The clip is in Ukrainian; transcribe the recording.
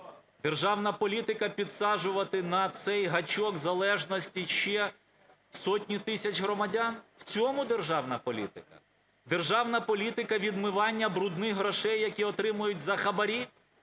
Державна політика підсаджувати на цей гачок залежності ще сотні тисяч громадян – у цьому державна політика? Державна політика відмивання "брудних" грошей, які отримують за хабарі,